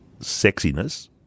sexiness